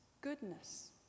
goodness